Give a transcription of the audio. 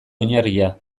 oinarria